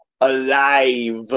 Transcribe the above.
alive